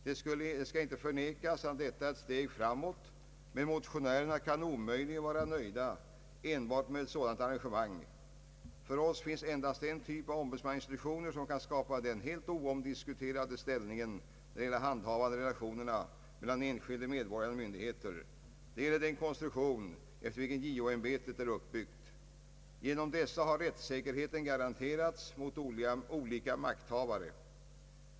Det skall inte förnekas att detta är ett steg framåt, men motionärerna kan omöjligen vara nöjda enbart med ett sådant arrangemang. För oss finns endast en typ av ombudsmannainstitutioner som kan skapa den helt oomdiskuterade ställningen när det gäller handhavandet av relationerna mellan den enskilde medborgaren och myndigheter. Det gäller den konstruktion efter vilken JO-ämbetet är uppbyggt. Genom denna har rättssäkerheten garanterats mot olika makthavare.